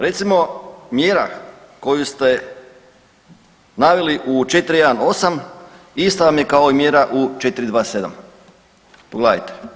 Recimo mjera koju ste naveli u 4.1.8. ista vam je kao i mjera u 4.2.7. pogledajte.